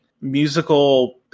musical